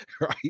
Right